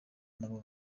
nabo